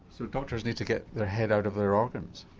so doctors need to get their head out of their organs.